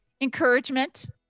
encouragement